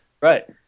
right